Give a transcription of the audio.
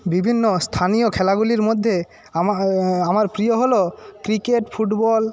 বিভিন্ন স্থানীয় খেলাগুলির মধ্যে আমার প্রিয় হল ক্রিকেট ফুটবল